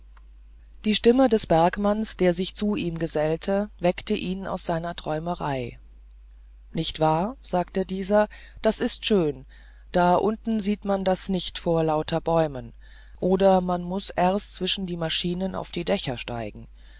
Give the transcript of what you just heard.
die stimme des bergmanns der sich zu ihm gesellte weckte ihn aus seiner träumerei nicht wahr sagte dieser das ist schön da unten sieht man das nicht vor lauter bäumen oder man muß erst zwischen die maschinen auf die dächer steigen